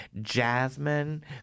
Jasmine